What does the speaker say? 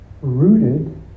rooted